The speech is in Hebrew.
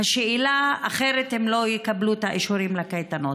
אחרת הם לא יקבלו את האישורים לקייטנות.